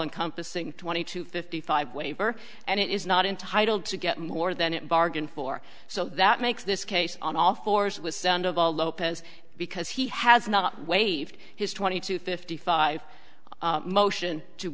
encompassing twenty two fifty five waiver and it is not entitled to get more than it bargained for so that makes this case on all fours with sound of all lopez because he has not waived his twenty two fifty five motion to